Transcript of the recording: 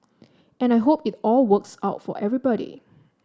and I hope it all works out for everybody